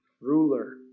ruler